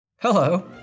Hello